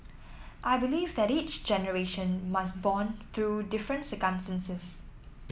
I believe that each generation must bond through different circumstances